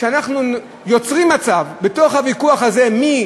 שאנחנו יוצרים מצב, בתוך הוויכוח הזה, מי